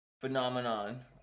phenomenon